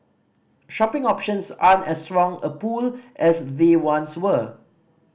shopping options aren't as strong a pull as they once were